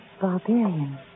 barbarian